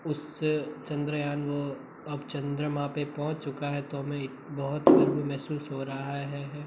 उस चंद्रयान वो अब चंद्रमा पे पहुंच चुका है तो हमें बहुत गर्व महसूस हो रहा है है